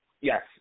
Yes